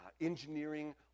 engineering